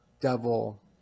devil